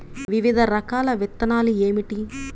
వివిధ రకాల విత్తనాలు ఏమిటి?